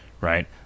right